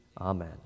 Amen